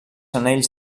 anells